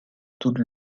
toute